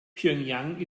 pjöngjang